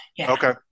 okay